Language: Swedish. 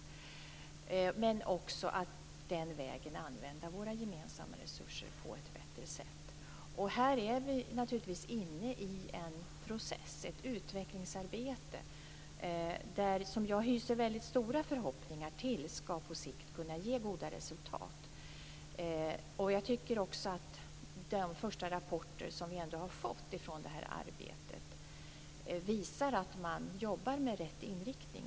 Men det handlar också om att vi den vägen använder våra gemensamma resurser på ett bättre sätt. Vi är naturligtvis inne i en process, ett utvecklingsarbete. Jag hyser stora förhoppningar om att det på sikt skall kunna ge goda resultat. Jag tycker att de första rapporter som vi ändå har fått från det här arbetet visar att man jobbar med rätt inriktning.